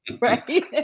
right